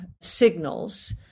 signals